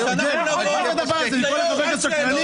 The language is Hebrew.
בוא נראה אותך מעלה את השכר.